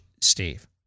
Steve